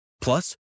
Plus